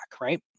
right